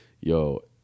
yo